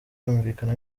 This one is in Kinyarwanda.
yumvikana